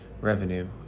revenue